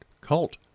cult